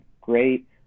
great